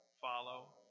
follow